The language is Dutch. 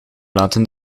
laten